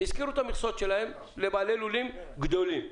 לבעלי לולים גדולים.